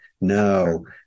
No